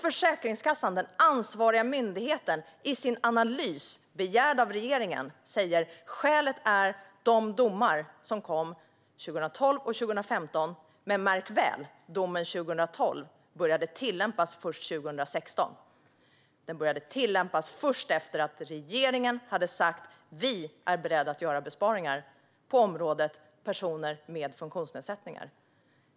Försäkringskassan, den ansvariga myndigheten, säger i sin analys - begärd av regeringen - att skälet är de domar som kom 2012 och 2015. Men märk väl: Domen 2012 började tillämpas först 2016. Den började tillämpas först efter att regeringen hade sagt att man är beredd att göra besparingar på det område som gäller personer med funktionsnedsättningar.